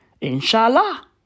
Inshallah